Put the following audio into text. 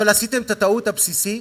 אבל עשיתם את הטעות הבסיסית